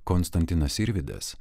konstantinas sirvydas